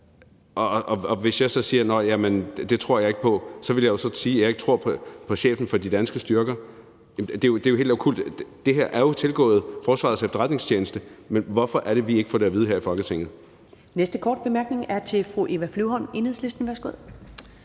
Og hvis jeg så sagde, nå ja, det tror jeg ikke på, så ville jeg jo sige, at jeg ikke tror på chefen for de danske styrker. Det er jo helt okkult. Det her er jo tilgået Forsvarets Efterretningstjeneste, men hvorfor er det, at vi ikke får det at vide her i Folketinget?